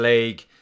League